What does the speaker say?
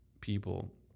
people